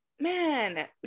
Man